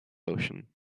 ocean